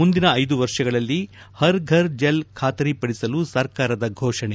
ಮುಂದಿನ ಐದು ವರ್ಷಗಳಲ್ಲಿ ಹರ್ ಫರ್ ಜಲ್ ಖಾತರಿ ಪಡಿಸಲು ಸರ್ಕಾರದ ಘೋಷಣೆ